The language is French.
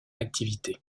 activité